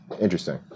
Interesting